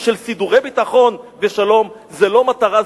של "סידורי ביטחון ושלום"; זה לא מטרה,